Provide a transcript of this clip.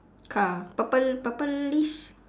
car purple purplish